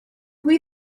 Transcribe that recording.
pwy